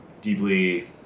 deeply